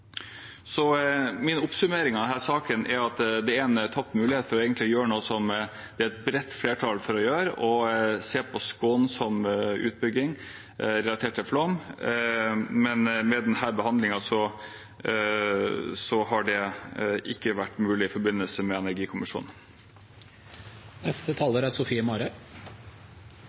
Min oppsummering av denne saken er at det er en tapt mulighet til å gjøre noe som det er et bredt flertall for å gjøre, og se på skånsom utbygging relatert til flom. Men med denne behandlingen har det ikke vært mulig i forbindelse med energikommisjonen. Jeg er